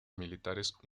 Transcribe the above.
militares